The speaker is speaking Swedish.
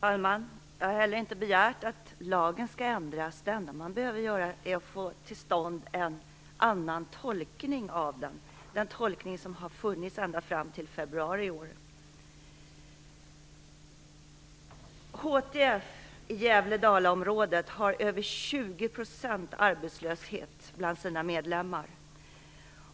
Fru talman! Jag har heller inte begärt att lagen skall ändras. Det enda man behöver göra är att få till stånd en annan tolkning av den, den tolkning som har funnits ända fram till februari i år. HTF i Gävle-Dala-området har över 20 % arbetslöshet bland sina medlemmar.